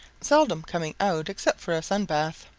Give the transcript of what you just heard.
seldom coming out except for a sun bath.